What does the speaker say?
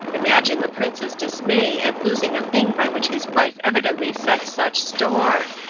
imagine the prince's dismay at losing a thing by which his wife evidently set such store!